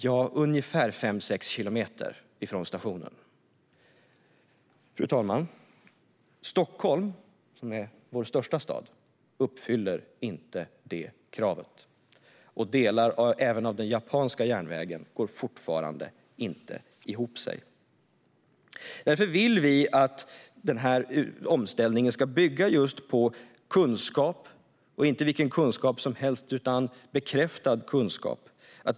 Ja, ungefär fem sex kilometer från stationen. Fru talman! Stockholm, som är vår största stad, uppfyller inte det kravet. Även delar av den japanska järnvägen går fortfarande inte ihop sig. Därför vill vi att omställningen ska bygga just på kunskap, och inte vilken kunskap som helst, utan bekräftad kunskap.